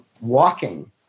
walking